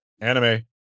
anime